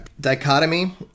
Dichotomy